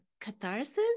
catharsis